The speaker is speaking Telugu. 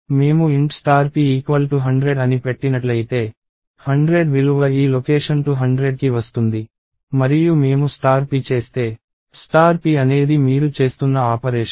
మేము int p100 అని పెట్టినట్లయితే 100 విలువ ఈ లొకేషన్ 200 కి వస్తుంది మరియు మేము p చేస్తే p అనేది మీరు చేస్తున్న ఆపరేషన్